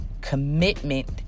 commitment